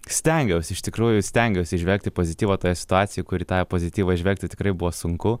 stengiausi iš tikrųjų stengiuosi įžvelgti pozityvo toje situacijoj kuri tą pozityvą įžvelgti tikrai buvo sunku